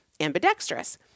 ambidextrous